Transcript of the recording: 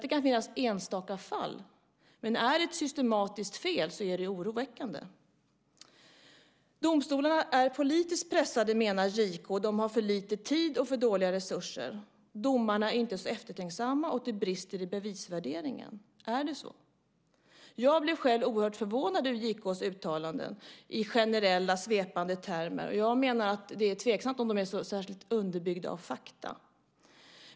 Det kan finnas enstaka fall, men det är oroväckande om det är ett systematiskt fel. Domstolarna är politiskt pressade, menar JK. De har för lite tid och för dåliga resurser. Domarna är inte så eftertänksamma, och det brister i bevisvärderingen. Är det så? Jag blev själv oerhört förvånad över JK:s uttalanden i generella svepande termer. Jag menar att det är tveksamt om de är underbyggda av fakta.